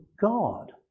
God